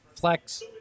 Flex